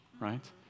right